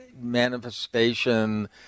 manifestation